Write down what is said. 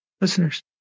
listeners